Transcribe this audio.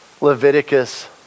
Leviticus